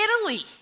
Italy